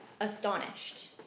astonished